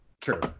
True